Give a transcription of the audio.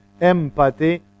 empathy